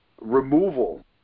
removal